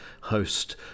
host